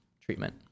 treatment